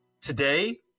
Today